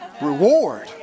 reward